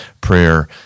prayer